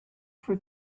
for